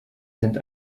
sind